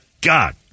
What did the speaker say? God